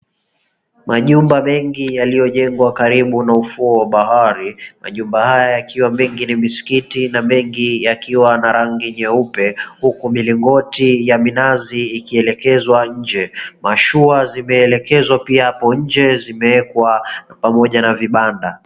Majumba mengi yaliyojengwa karibu na ufuo wa bahari. Majumba haya yakiwa mengi ni misikiti na mengi yakiwa na rangi nyeupe huku milingoti ya minazi ikielekezwa nje. Mashua zimeelekezwa pia hapo nje zimewekwa pamoja na vibanda.